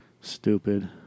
Stupid